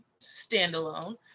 standalone